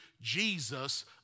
Jesus